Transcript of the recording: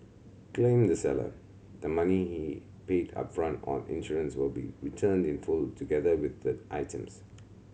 claimed the seller the money he paid upfront on insurance will be returned in full together with the items